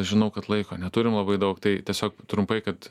žinau kad laiko neturim labai daug tai tiesiog trumpai kad